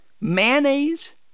Mayonnaise